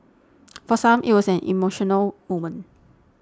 for some it was an emotional moment